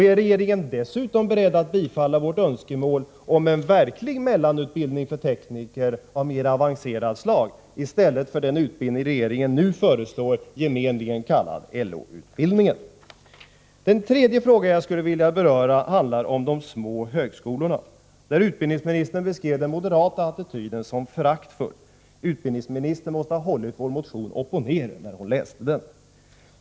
Är regeringen dessutom beredd att bifalla vårt önskemål om en verklig mellanutbildning för tekniker av mera avancerat slag i stället för den utbildning som regeringen nu föreslår, i gemen kallad LO-utbildningen? Den tredje fråga som jag skulle beröra handlar om de små högskolorna, där utbildningsministern beskrev den moderata attityden som föraktfull. Utbildningsministern måste ha hållit vår motion upp och ner när hon läste den.